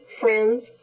friends